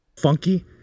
funky